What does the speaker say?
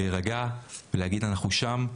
להירגע, להגיד אנחנו שם,